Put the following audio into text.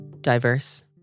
Diverse